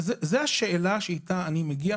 זאת השאלה שאני מגיע איתה.